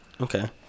Okay